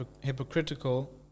hypocritical